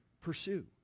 pursue